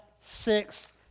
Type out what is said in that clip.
six